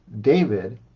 David